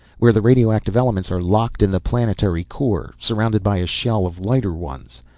where the radioactive elements are locked in the planetary core, surrounded by a shell of lighter ones.